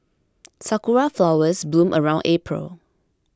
sakura flowers bloom around April